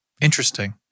interesting